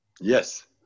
Yes